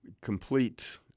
complete